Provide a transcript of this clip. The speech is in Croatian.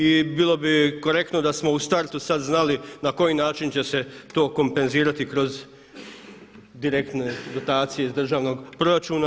I bilo bi korektno da smo u startu sad znali na koji način će se to kompenzirati kroz direktne dotacije iz državnog proračuna.